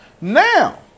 Now